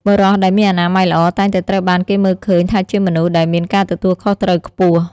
បុរសដែលមានអនាម័យល្អ តែងតែត្រូវបានគេមើលឃើញថាជាមនុស្សដែលមានការទទួលខុសត្រូវខ្ពស់។